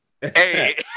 hey